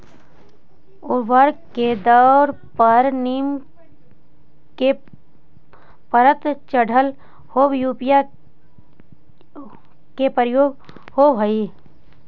उर्वरक के तौर पर नीम के परत चढ़ल होल यूरिया के प्रयोग होवऽ हई